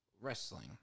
wrestling